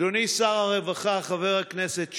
אדוני שר הרווחה חבר הכנסת שמולי,